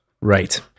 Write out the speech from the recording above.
right